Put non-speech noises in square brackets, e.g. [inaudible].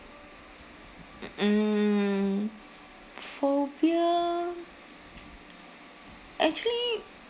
[noise] mm phobia [noise] actually